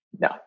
No